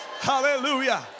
Hallelujah